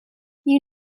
you